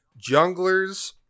Junglers